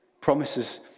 Promises